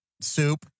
Soup